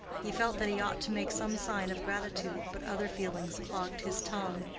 he felt that he ought to make some sign of gratitude, but other feelings clogged his tongue.